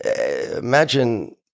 imagine